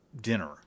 dinner